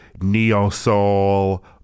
neo-soul